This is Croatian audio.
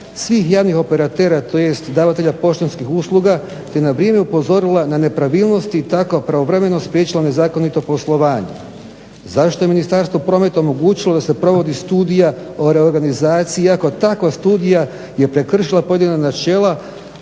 svih javnih operatera tj. davatelja poštanskih usluga te na vrijeme upozorila na nepravilnosti tako pravovremeno spriječila nezakonito poslovanje. Zašto je Ministarstvo prometa omogućilo da se provodi studija o reorganizaciji iako takva studija je prekršila pojedina načela